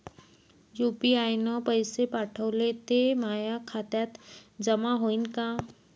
UPI न पैसे पाठवले, ते माया खात्यात जमा होईन का?